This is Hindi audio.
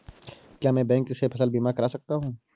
क्या मैं बैंक से फसल बीमा करा सकता हूँ?